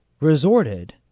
resorted